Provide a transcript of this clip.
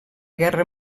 guerra